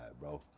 bro